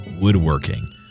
Woodworking